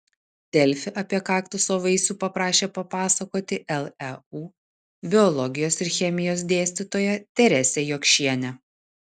delfi apie kaktuso vaisių paprašė papasakoti leu biologijos ir chemijos dėstytoją teresę jokšienę